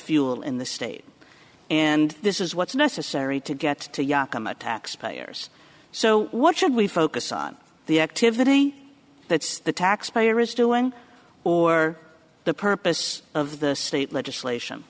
fuel in the state and this is what's necessary to get to yakama taxpayers so what should we focus on the activity that's the taxpayer is doing or the purpose of the state legislation